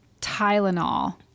Tylenol